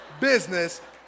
business